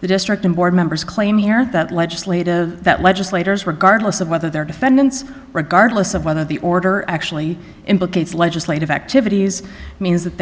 the district and board members claim here that legislative that legislators regardless of whether they're defendants regardless of whether the order actually implicates legislative activities means that